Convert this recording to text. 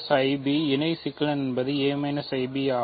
aib இணைச் சிக்கலெண்கள் என்பது a ib ஆகும்